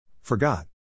Forgot